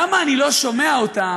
למה אני לא שומע אותם,